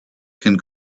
can